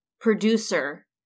producer